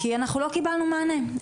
כי אנחנו לא קיבלנו מענה.